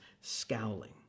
scowling